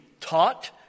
taught